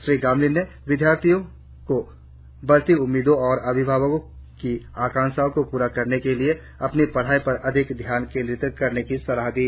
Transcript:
श्री गामलिन ने विद्यार्थियों को बढ़ती उम्मीदों और अभिभावकों की आकांक्षाओं को पूरा करने के लिए अपना पढ़ाई पर अधिक ध्यान केंद्रीत करने की सलाह दी